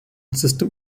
system